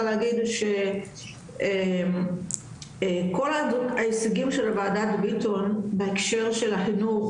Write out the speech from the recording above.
להגיד שכל ההישגים של וועדת ביטון בהקשר של החינוך